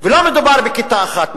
ולא מדובר בכיתה אחת,